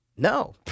No